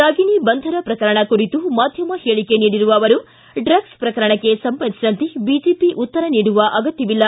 ರಾಗಿಣಿ ಬಂಧನ ಪ್ರಕರಣ ಕುರಿತು ಮಾಧ್ಯಮ ಹೇಳಕೆ ನೀಡಿರುವ ಅವರು ಡ್ರಗ್ ಪ್ರಕರಣಕ್ಕೆ ಸಂಬಂಧಿಸಿದಂತೆ ಬಿಜೆಪಿ ಉತ್ತರ ನೀಡುವ ಅಗತ್ತವಿಲ್ಲ